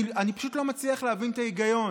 אני פשוט לא מצליח להבין את ההיגיון.